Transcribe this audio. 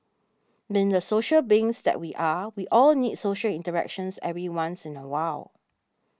being the social beings that we are we all need social interactions every once in a while